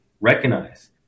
recognize